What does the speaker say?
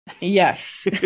Yes